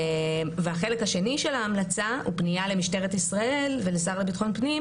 החלק השני של ההמלצה הוא פנייה למשטרת ישראל ולשר לביטחון פנים,